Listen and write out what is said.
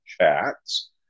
Chats